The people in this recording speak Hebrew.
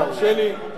תרשה לי.